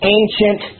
ancient